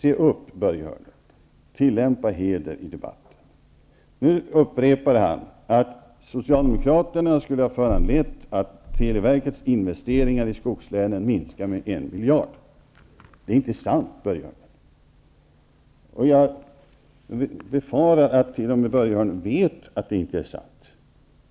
Se upp, Börje Hörnlund: Tillämpa heder i debatten! Nu upprepar han att socialdemokraterna skulle ha föranlett att televerkets investeringar i skogslänen minskar med 1 miljard. Det är inte sant, Börje Hörnlund. Jag befarar att t.o.m. Börje Hörnlund vet att det inte är sant,